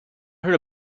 heard